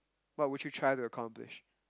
what would you try to accomplish